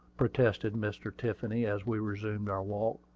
protested mr. tiffany, as we resumed our walk.